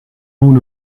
own